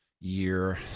year